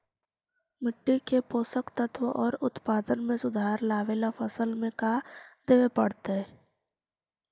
मिट्टी के पोषक तत्त्व और उत्पादन में सुधार लावे ला फसल में का देबे पड़तै तै?